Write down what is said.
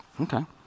Okay